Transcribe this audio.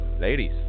Ladies